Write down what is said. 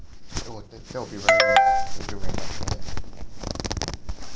that would that that would be very nice that would be very nice